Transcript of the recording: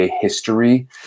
history